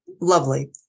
Lovely